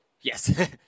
Yes